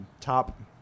top